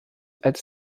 als